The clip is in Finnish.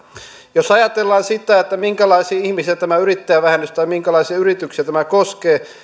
jos ajatellaan sitä minkälaisia ihmisiä tai minkälaisia yrityksiä tämä yrittäjävähennys koskee